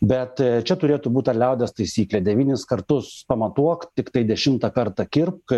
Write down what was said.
bet čia turėtų būt ta liaudies taisyklė devynis kartus pamatuok tiktai dešimtą kartą kirpk